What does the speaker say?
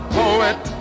poet